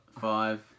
five